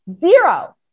Zero